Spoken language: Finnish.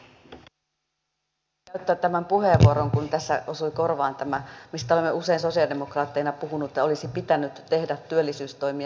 halusin käyttää tämän puheenvuoron kun tässä osui korvaan tämä mistä olemme usein sosialidemokraatteina puhuneet että olisi pitänyt tehdä työllisyystoimia